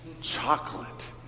chocolate